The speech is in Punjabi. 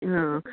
ਹਾਂ